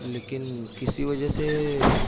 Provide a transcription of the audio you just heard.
لیکن کسی وجہ سے